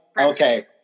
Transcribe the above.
okay